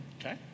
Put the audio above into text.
okay